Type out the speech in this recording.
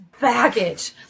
baggage